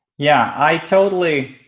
yeah, i totally